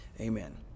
Amen